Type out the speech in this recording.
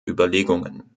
überlegungen